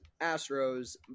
Astros